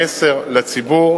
לא רוצים כסף, לא רוצים שום דבר,